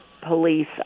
police